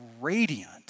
radiant